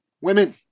women